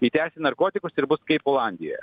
įteisint narkotikus ir bus kaip olandijoj